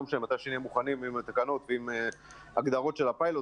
מתי שנהיה מוכנים עם התקנות וגם הגדרות של הפיילוט.